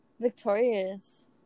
Victorious